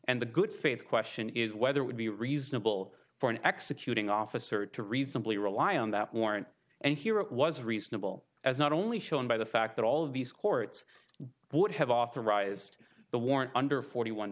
and the good faith question is whether it would be reasonable for an executing officer to reasonably rely on that warrant and here it was reasonable as not only shown by the fact that all of these courts would have authorized the warrant under forty one